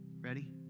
Ready